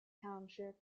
township